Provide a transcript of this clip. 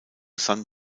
sun